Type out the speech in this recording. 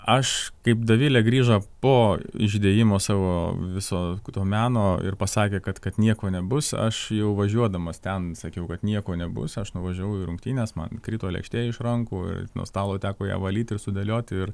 aš kaip dovilė grįžo po išdėjimo savo viso to meno ir pasakė kad kad nieko nebus aš jau važiuodamas ten sakiau kad nieko nebus aš nuvažiavau į rungtynes man krito lėkštė iš rankų nuo stalo teko ją valyti ir sudėlioti ir